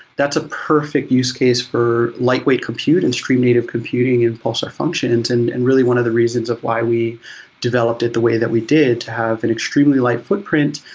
that's a perfect use case for lightweight compute and stream native computing and pulsar functions. and and really one of the reasons of why we developed it the way that we did to have an extremely light footprint,